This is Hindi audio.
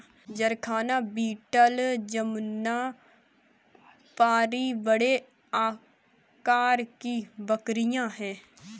जरखाना बीटल जमुनापारी बड़े आकार की बकरियाँ हैं